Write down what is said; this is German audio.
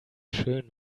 schön